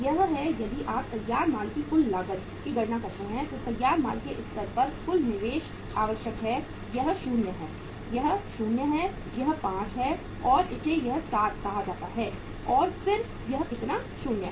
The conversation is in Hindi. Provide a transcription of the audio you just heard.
यह है यदि आप तैयार माल की कुल लागत की गणना करते हैं तो तैयार माल के स्तर पर कुल निवेश आवश्यक है यह 0 है यह 0 है यह 5 है और इसे यह 7 कहा जाता है और फिर यह कितना 0 है